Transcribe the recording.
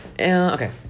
Okay